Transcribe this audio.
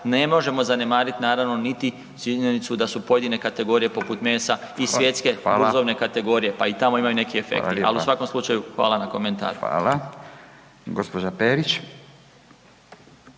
ne možemo zanemarit naravno niti činjenicu da su pojedine kategorije poput mesa i svjetske uzgojne kategorije, pa tako imaju neki efekti ali u svakom slučaju, hvala na komentaru. **Radin, Furio